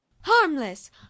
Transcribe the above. harmless